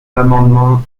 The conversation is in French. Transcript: l’amendement